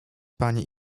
pani